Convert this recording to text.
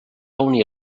unir